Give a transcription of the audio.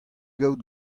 gaout